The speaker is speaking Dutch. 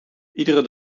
iedere